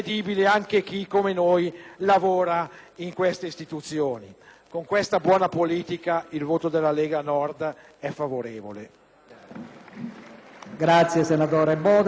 Con questa buona politica il voto della Lega Nord è favorevole.